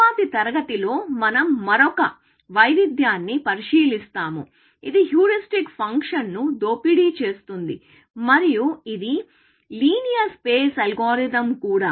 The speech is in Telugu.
తరువాతి తరగతిలో మనం మరొక వైవిధ్యాన్ని పరిశీలిస్తాము ఇది హ్యూరిస్టిక్ ఫంక్షన్ను ఉపయోగించుకుంటుంది మరియు ఇది లీనియర్ స్పేస్ అల్గోరిథం కూడా